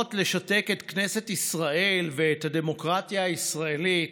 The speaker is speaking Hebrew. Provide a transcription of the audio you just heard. הניסיונות לשתק את כנסת ישראל ואת הדמוקרטיה הישראלית